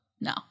No